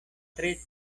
tre